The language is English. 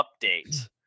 update